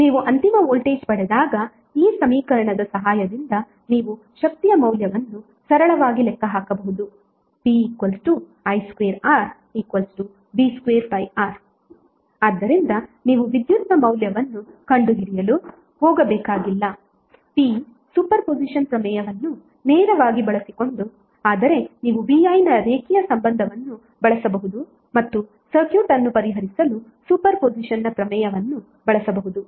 ನೀವು ಅಂತಿಮ ವೋಲ್ಟೇಜ್ ಪಡೆದಾಗಈ ಸಮೀಕರಣದ ಸಹಾಯದಿಂದ ನೀವು ಶಕ್ತಿಯ ಮೌಲ್ಯವನ್ನು ಸರಳವಾಗಿ ಲೆಕ್ಕ ಹಾಕಬಹುದು p i2R v2R ಆದ್ದರಿಂದ ನೀವು ವಿದ್ಯುತ್ನ ಮೌಲ್ಯವನ್ನು ಕಂಡುಹಿಡಿಯಲು ಹೋಗಬೇಕಾಗಿಲ್ಲ p ಸೂಪರ್ಪೋಸಿಷನ್ ಪ್ರಮೇಯವನ್ನು ನೇರವಾಗಿ ಬಳಸಿಕೊಂಡು ಆದರೆ ನೀವು VI ನ ರೇಖೀಯ ಸಂಬಂಧವನ್ನು ಬಳಸಬಹುದು ಮತ್ತು ಸರ್ಕ್ಯೂಟ್ ಅನ್ನು ಪರಿಹರಿಸಲು ಸೂಪರ್ ಪೊಸಿಷನ್ನ್ಪ್ರಮೇಯವನ್ನು ಬಳಸಬಹುದು